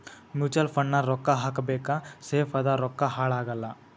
mutual fund ನಾಗ್ ರೊಕ್ಕಾ ಹಾಕಬೇಕ ಸೇಫ್ ಅದ ರೊಕ್ಕಾ ಹಾಳ ಆಗಲ್ಲ